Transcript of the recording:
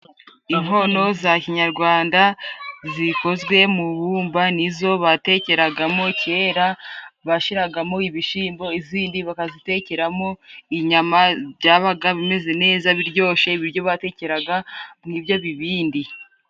Inkono za kinyarwanda zikozwe mu bumba ni zo batekeragamo kera, bashiragamo ibishimbo, izindi bakazitekeramo inyama, byabaga bimeze neza biryoshe ibiryo batekeraga mu ibyo bibindi.